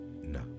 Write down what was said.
no